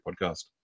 Podcast